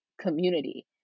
community